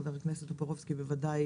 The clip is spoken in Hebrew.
חבר הכנסת טופורובסקי, בוודאי